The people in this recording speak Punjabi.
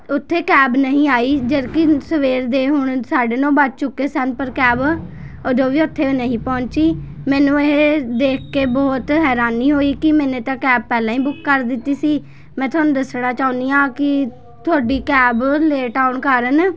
ਉੱਥੇ ਕੈਬ ਨਹੀਂ ਆਈ ਜਦੋਂ ਕਿ ਸਵੇਰ ਦੇ ਹੁਣ ਸਾਢੇ ਨੌ ਵੱਜ ਚੁੱਕੇ ਸਨ ਪਰ ਕੈਬ ਉਦੋਂ ਵੀ ਉੱਥੇ ਨਹੀਂ ਪਹੁੰਚੀ ਮੈਨੂੰ ਇਹ ਦੇਖ ਕੇ ਬਹੁਤ ਹੈਰਾਨੀ ਹੋਈ ਕਿ ਮੈਨੇ ਤਾਂ ਕੈਬ ਪਹਿਲਾਂ ਹੀ ਬੁੱਕ ਕਰ ਦਿੱਤੀ ਸੀ ਮੈਂ ਤੁਹਾਨੂੰ ਦੱਸਣਾ ਚਾਹੁੰਦੀ ਹਾਂ ਕਿ ਤੁਹਾਡੀ ਕੈਬ ਲੇਟ ਆਉਣ ਕਾਰਨ